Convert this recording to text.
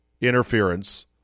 interference